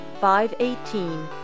518